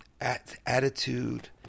attitude